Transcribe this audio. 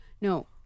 No